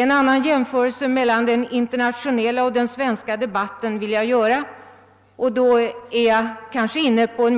En annan jämförelse mellan den internationella och den svenska debatten vill jag göra, och då kommer jag kanske in på